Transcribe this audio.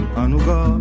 anuga